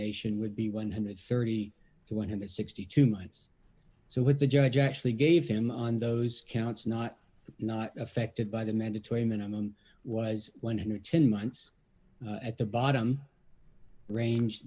nation would be one hundred and thirty to one hundred and sixty two months so what the judge actually gave him on those counts not affected by the mandatory minimum was one hundred and ten months at the bottom range